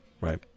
right